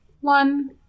One